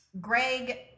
Greg